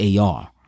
AR